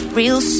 real